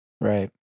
Right